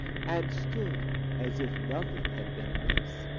and stood as if nothing had been amiss.